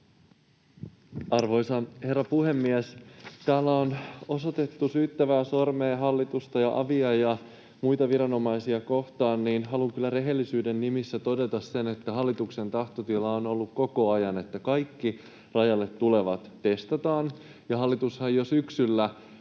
Arvoisa herra puhemies! Kun täällä on osoitettu syyttävää sormea hallitusta ja avia ja muita viranomaisia kohtaan, niin haluan kyllä rehellisyyden nimissä todeta sen, että hallituksen tahtotila on ollut koko ajan, että kaikki rajalle tulevat testataan. Hallitushan jo syksyllä